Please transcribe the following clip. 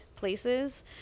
places